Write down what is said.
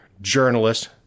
journalist